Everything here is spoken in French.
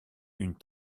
une